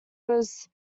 was